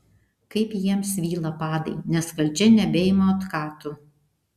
kaip jiems svyla padai nes valdžia nebeima otkatų